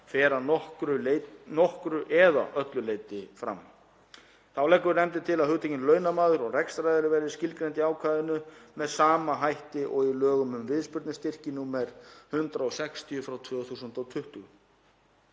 fer að nokkru eða öllu leyti fram. Þá leggur nefndin til að hugtökin launamaður og rekstraraðili verði skilgreind í ákvæðinu með sama hætti og í lögum um viðspyrnustyrki, nr. 160/2020.